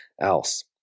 else